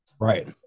Right